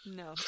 no